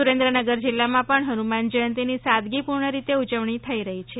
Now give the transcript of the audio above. સુરેન્દ્રનગર જીલ્લામાં પણ ફનુમાન જયંતી ની સાદગીપૂર્ણ રીતે ઉજવણી થઈ રહી છે